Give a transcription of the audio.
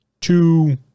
two